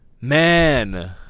man